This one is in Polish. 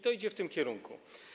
To idzie w tym kierunku.